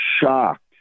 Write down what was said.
shocked